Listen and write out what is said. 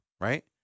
right